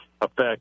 effect